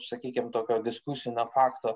sakykim tokio diskusinio fakto